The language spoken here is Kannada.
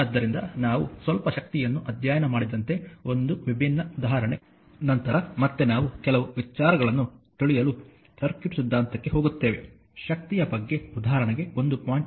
ಆದ್ದರಿಂದ ನಾವು ಸ್ವಲ್ಪ ಶಕ್ತಿಯನ್ನು ಅಧ್ಯಯನ ಮಾಡಿದಂತೆ ಒಂದು ವಿಭಿನ್ನ ಉದಾಹರಣೆ ನಂತರ ಮತ್ತೆ ನಾವು ಕೆಲವು ವಿಚಾರಗಳನ್ನು ತಿಳಿಯಲು ಸರ್ಕ್ಯೂಟ್ ಸಿದ್ಧಾಂತಕ್ಕೆ ಹೋಗುತ್ತೇವೆ ಶಕ್ತಿಯ ಬಗ್ಗೆ ಉದಾಹರಣೆಗೆ 1